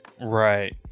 right